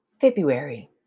February